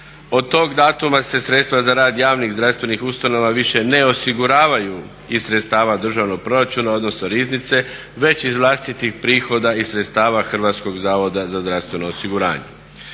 od tog datuma se sredstva za rad javnih zdravstvenih ustanova više ne osiguravaju iz sredstava državnog proračuna odnosno riznice, već iz vlastitih prihoda i sredstava HZZO-a. S tim je datumom pregovarački